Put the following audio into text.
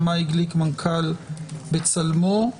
שמאי גליק מנכ"ל "בצלמו".